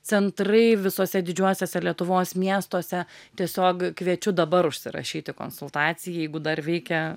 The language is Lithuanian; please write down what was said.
centrai visuose didžiuosiuose lietuvos miestuose tiesiog kviečiu dabar užsirašyti konsultacijai jeigu dar veikia